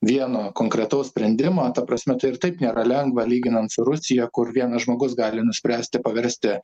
vieno konkretaus sprendimo ta prasme tai ir taip nėra lengva lyginant su rusija kur vienas žmogus gali nuspręsti paversti